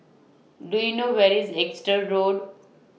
Do YOU know Where IS Exeter Road